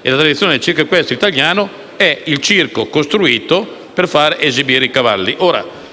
nella tradizione del circo equestre italiano, esso è costruito per far esibire i cavalli.